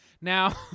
Now